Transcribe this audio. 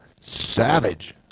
savage